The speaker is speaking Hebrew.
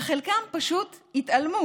וחלקם פשוט התעלמו.